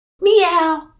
meow